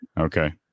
okay